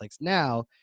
now